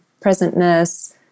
presentness